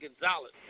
Gonzalez